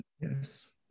Yes